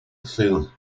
thing